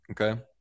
okay